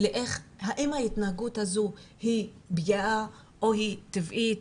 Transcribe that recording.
האם ההתנהגות הזאת היא פגיעה או היא טבעית.